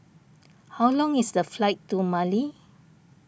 how long is the flight to Mali